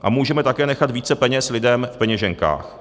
A můžeme také nechat více peněz lidem v peněženkách.